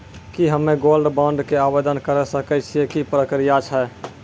की हम्मय gold bond के आवदेन करे सकय छियै, की प्रक्रिया छै?